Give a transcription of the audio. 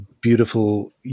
beautiful